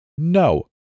No